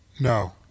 No